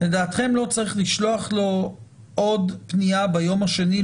לדעתכם לא צריך לשלוח לו עוד פנייה ביום השני,